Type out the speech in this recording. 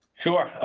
sure,